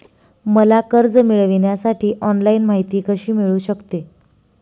मला कर्ज मिळविण्यासाठी ऑनलाइन माहिती कशी मिळू शकते?